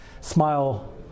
smile